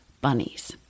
bunnies